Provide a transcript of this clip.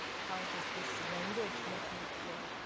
how does this language make me feel?